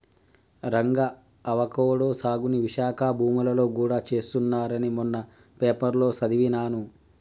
Ranga avocado సాగుని విశాఖ భూములలో గూడా చేస్తున్నారని మొన్న పేపర్లో సదివాను